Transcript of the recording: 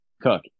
cook